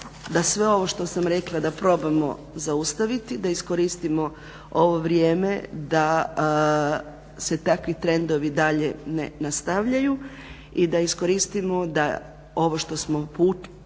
da sve ovo što sam rekla da probamo zaustaviti, da iskoristimo ovo vrijeme da se takvi trendovi dalje ne nastavljaju i da iskoristimo da ovo što smo polučili